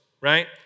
right